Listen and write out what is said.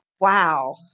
Wow